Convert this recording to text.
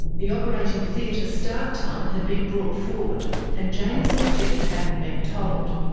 the operating theatre start time had been brought forward and jane says geoff hadn't been told.